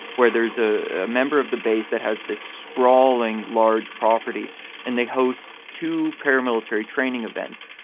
where there's a member of the base that has this sprawling large property and they host two paramilitary training events.